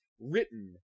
written